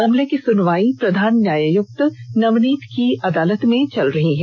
मामले की सुनवाई प्रधान न्यायायुक्त नवनीत की अदालत में चल रही है